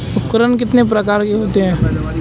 उपकरण कितने प्रकार के होते हैं?